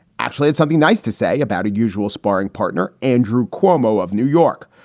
actually, it's something nice to say about a usual sparring partner, andrew cuomo of new york.